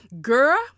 girl